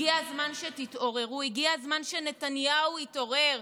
הגיע הזמן שתתעוררו, הגיע הזמן שנתניהו יתעורר.